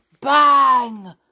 Bang